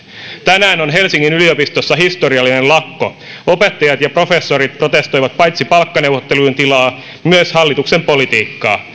tänään on helsingin yliopistossa historiallinen lakko opettajat ja professorit protestoivat paitsi palkkaneuvottelujen tilaa myös hallituksen politiikkaa